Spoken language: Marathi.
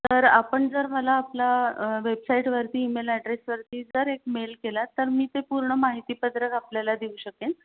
तर आपण जर मला आपला वेबसाईटवरती ईमेल ॲड्रेसवरती जर एक मेल केला तर मी ते पूर्ण माहितीपत्रक आपल्याला देऊ शकेन